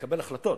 מלקבל החלטות,